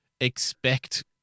expect